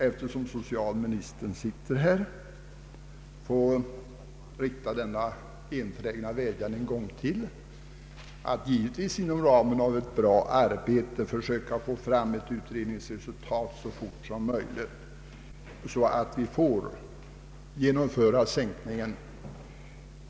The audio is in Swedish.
Eftersom <socialministern finns i kammaren ber jag än en gång att få rikta en enträgen vädjan till honom att verka för att givetvis inom ramen för ett bra arbete söka få fram ett utredningsresultat så fort som möjligt så att en sänkning av pensionsåldern kan genomföras.